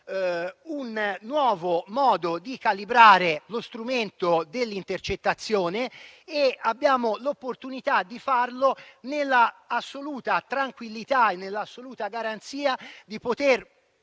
un nuovo modo di calibrare lo strumento dell'intercettazione. E abbiamo l'opportunità di farlo nell'assoluta tranquillità e nell'assoluta garanzia di